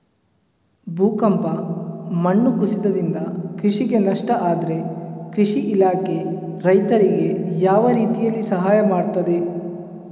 ಭೂಕಂಪ, ಮಣ್ಣು ಕುಸಿತದಿಂದ ಕೃಷಿಗೆ ನಷ್ಟ ಆದ್ರೆ ಕೃಷಿ ಇಲಾಖೆ ರೈತರಿಗೆ ಯಾವ ರೀತಿಯಲ್ಲಿ ಸಹಾಯ ಮಾಡ್ತದೆ?